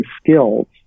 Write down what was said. skills